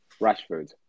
Rashford